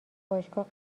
باشگاه